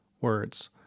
words